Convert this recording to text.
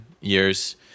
years